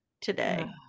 today